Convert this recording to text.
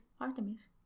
Artemis